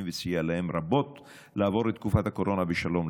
וסייע להם רבות לעבור את תקופת הקורונה בשלום.